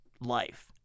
life